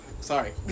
Sorry